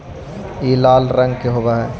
ई लाल रंग के होब हई